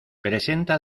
presenta